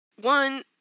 one